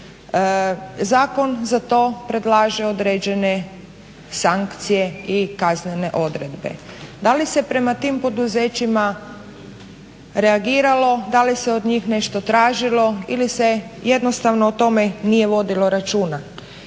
Zakon za to predlaže određene sankcije i kaznene odredbe. Da li se prema tim poduzećima reagiralo, da li se od njih nešto tražilo ili se jednostavno o tome nije vodilo računa.